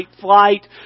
flight